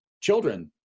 children